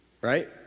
right